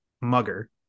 mugger